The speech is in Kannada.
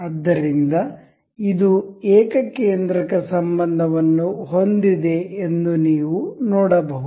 ಆದ್ದರಿಂದ ಇದು ಏಕಕೇಂದ್ರಕ ಸಂಬಂಧವನ್ನು ಹೊಂದಿದೆ ಎಂದು ನೀವು ನೋಡಬಹುದು